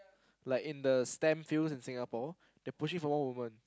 like in the stem fields in Singapore they push it for more women